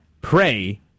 pray